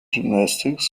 gymnastics